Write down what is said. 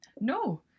No